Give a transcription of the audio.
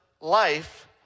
life